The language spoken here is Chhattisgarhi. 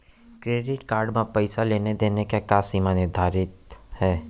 क्रेडिट कारड म पइसा लेन देन के का सीमा निर्धारित हे?